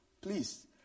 Please